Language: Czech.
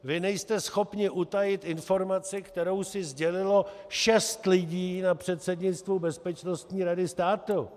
Vy nejste schopni utajit informaci, kterou si sdělilo šest lidí na předsednictvu Bezpečnostní rady státu.